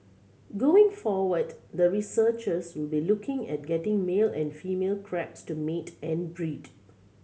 going forward the researchers will be looking at getting male and female crabs to mate and breed